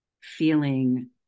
feeling